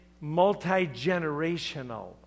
multi-generational